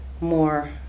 more